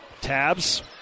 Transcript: Tabs